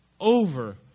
over